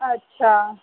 अच्छा